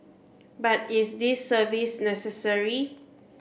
but is this service necessary